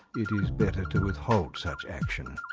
it is better to withhold such action.